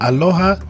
Aloha